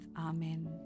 Amen